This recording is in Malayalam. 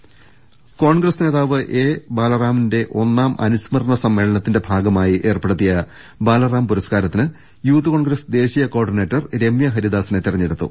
രദ്ദേഷ്ടങ കോൺഗ്രസ് നേതാവ് എ ബാലറാമിന്റെ ഒന്നാം അനുസ്മരണ സമ്മേള നത്തിന്റെ ഭാഗമായി ഏർപ്പെടുത്തിയ ബാലറാം പുരസ്കാരത്തിന് യൂത്ത് കോൺഗ്രസ് ദേശീയ കോ ഓർഡിനേറ്റർ രമ്യ ഹരിദാസിനെ തെരഞ്ഞെടു ത്തു